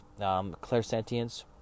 clairsentience